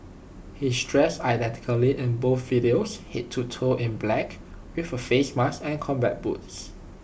he's dressed identically in both videos Head to toe in black with A face mask and combat boots